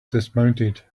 dismounted